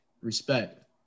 Respect